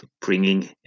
bringing